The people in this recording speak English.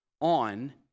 on